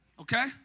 Okay